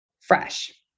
fresh